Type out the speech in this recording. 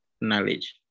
knowledge